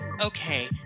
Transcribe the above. okay